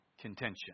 contention